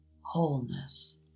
Wholeness